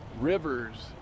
rivers